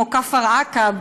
כמו כפר עקב,